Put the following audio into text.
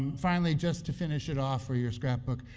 finally, just to finish it off for your scrapbook,